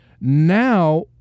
now